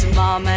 mom